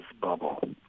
bubble